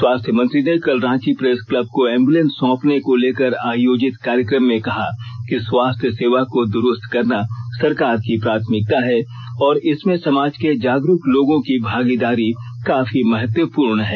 स्वास्थ्य मंत्री ने कल रांची प्रेस क्लब को एंबुलेंस सौंपने को लेकर आयोजित कार्यक्रम में कहा कि स्वास्थ्य सेवा को दुरूस्त करना सरकार की प्राथमिकता है और इसमें समाज के जागरूक लोगों की भागीदारी काफी महत्वपूर्ण है